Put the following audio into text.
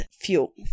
fuel